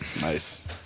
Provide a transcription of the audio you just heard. Nice